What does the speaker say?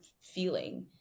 feeling